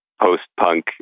post-punk